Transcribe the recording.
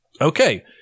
okay